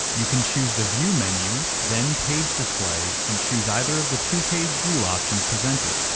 you can choose the view menu, then page display and choose either of the two page view options presented.